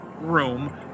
room